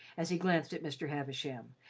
as he glanced at mr. havisham,